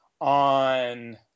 on